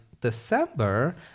December